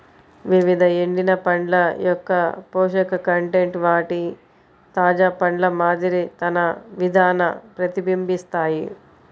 వివిధ ఎండిన పండ్ల యొక్కపోషక కంటెంట్ వాటి తాజా పండ్ల మాదిరి తన విధాన ప్రతిబింబిస్తాయి